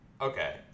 Okay